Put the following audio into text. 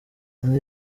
undi